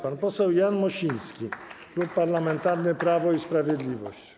Pan poseł Jan Mosiński, Klub Parlamentarny Prawo i Sprawiedliwość.